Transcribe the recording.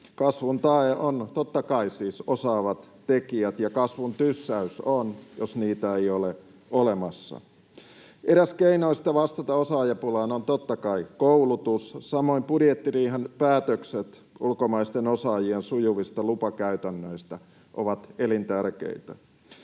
Kasvun tae ovat totta kai siis osaavat tekijät, ja kasvun tyssäys on, jos niitä ei ole olemassa. Eräs keinoista vastata osaajapulaan on totta kai koulutus. Samoin budjettiriihen päätökset ulkomaisten osaajien sujuvista lupakäytännöistä ovat elintärkeitä.